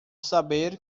saber